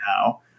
now